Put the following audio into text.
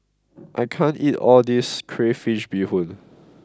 I can't eat all this Crayfish Beehoon